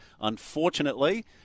Unfortunately